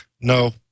No